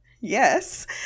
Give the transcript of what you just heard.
yes